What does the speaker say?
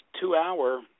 two-hour